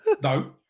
No